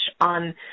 on